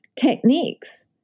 techniques